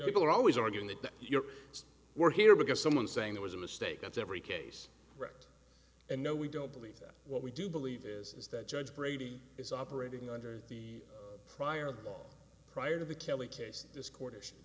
people are always arguing that your work here because someone saying there was a mistake that's every case wrecked and no we don't believe that what we do believe is that judge brady is operating under the prior law prior to the kelly case this quarter's